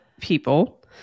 people